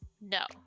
No